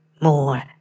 More